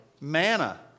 manna